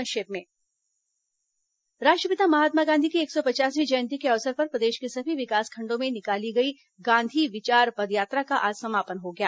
संक्षिप्त समाचार राष्ट्रपिता महात्मा गांधी की एक सौ पचासवीं जयंती के अवसर पर प्रदेश के सभी विकासखंडों में निकाली गई गांधी विचार पदयात्रा का आज समापन हो गया है